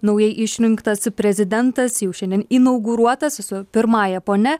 naujai išrinktas prezidentas jau šiandien inauguruotas su pirmąja ponia